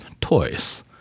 toys